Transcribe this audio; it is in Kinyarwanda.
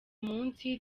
munsi